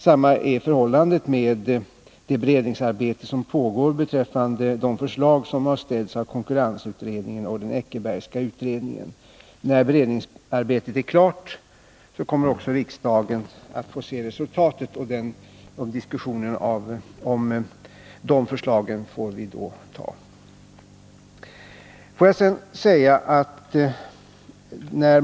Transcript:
Samma är förhållandet med det beredningsarbete som pågår och de förslag som har framlagts av konkurrensutredningen och den Eckerbergska utredningen. När beredningsarbetet är klart kommer också riksdagen att få se resultatet härav. Diskussionen om de förslag som då blir aktuella får vi ta upp när de föreligger.